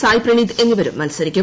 സായ് പ്രണീത് എന്നിവരും മത്സരിക്കും